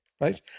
right